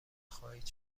خواهید